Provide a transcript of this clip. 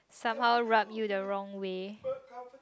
somehow rub you the wrong way